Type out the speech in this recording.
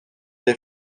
des